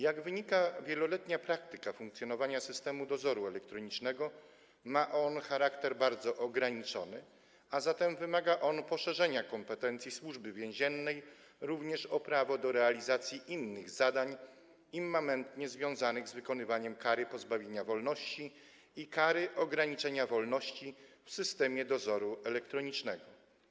Jak wynika z wieloletniej praktyki funkcjonowania systemu dozoru elektronicznego, ma on charakter bardzo ograniczony, a zatem wymaga to poszerzenia kompetencji Służby Więziennej również o prawo do realizacji innych zadań immamentnie związanych z wykonywaniem kary pozbawienia wolności i kary ograniczenia wolności w systemie dozoru elektrycznego.